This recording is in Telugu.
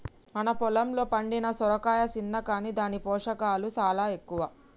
మన పొలంలో పండిన సొరకాయ సిన్న కాని దాని పోషకాలు సాలా ఎక్కువ